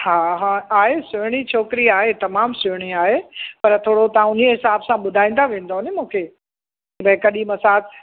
हा हा आहे सुहिणी छोकिरी आहे तमामु सुहिणी आहे पर थोरो तव्हां उन्हीअ हिसाब सां ॿुधाईंदा वेंदव न मूंखे की भई कॾहिं मसाज